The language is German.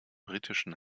britischen